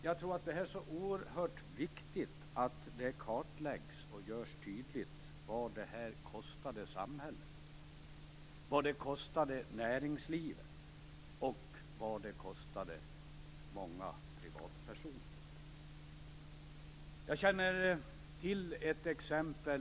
Jag tror nämligen att det är oerhört viktigt att det kartläggs och görs tydligt vad kronförsvaret kostade samhället, näringslivet och många privatpersoner. Jag känner till ett exempel.